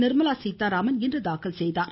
நிர்மலா சீதாராமன் இன்று தாக்கல் செய்தார்